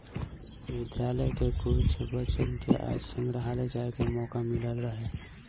विद्यालय के कुछ बच्चन के आज संग्रहालय जाए के मोका मिलल रहे